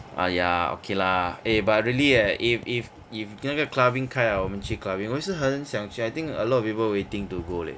!aiya! okay lah eh but really right if if if 那个 clubbing 开 liao 我们去 clubbing 我也是很想去 I think a lot of people waiting to go leh